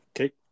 Okay